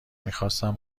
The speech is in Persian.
میخواستم